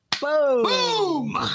Boom